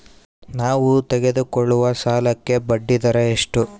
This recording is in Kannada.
ನಾವು ತೆಗೆದುಕೊಳ್ಳುವ ಸಾಲಕ್ಕೆ ಬಡ್ಡಿದರ ಎಷ್ಟು?